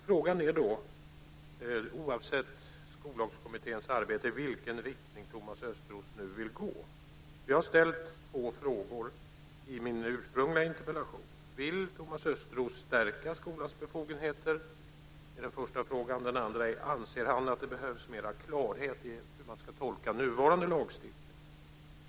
Frågan är då, oavsett Skollagskommitténs arbete, i vilken riktning Thomas Östros nu vill gå. Jag har ställt två frågor i min interpellation. Den första frågan är: Vill Thomas Östros stärka skolans befogenheter? Den andra är: Anser han att det behövs mer klarhet i hur man ska tolka nuvarande lagstiftning?